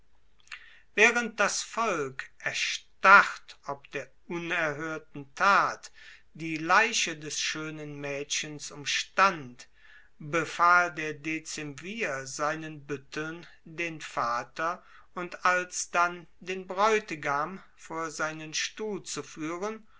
waehrend das volk erstarrt ob der unerhoerten tat die leiche des schoenen maedchens umstand befahl der dezemvir seinen buetteln den vater und alsdann den braeutigam vor seinen stuhl zu fuehren